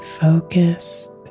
focused